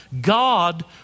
God